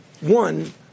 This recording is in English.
One